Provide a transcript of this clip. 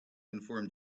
inform